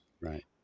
Right